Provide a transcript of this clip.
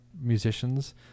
musicians